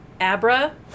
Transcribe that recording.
Abra